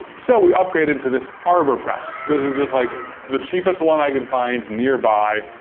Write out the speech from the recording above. so, we upgraded to this arbor press. this is just like the cheapest one i could find nearby.